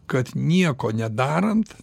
kad nieko nedarant